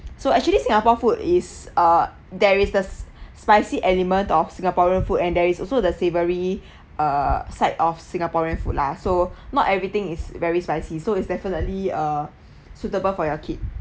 so actually singapore food is ah there is the spicy element of singaporean food and there is also the savoury ah side of singaporean food lah so not everything is very spicy so it's definitely uh suitable for your kid